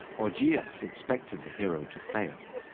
augeas expected the hero to fail.